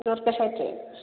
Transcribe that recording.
ଦଶଟା ସାତେ